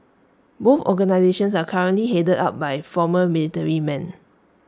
both organisations are currently headed up by former military men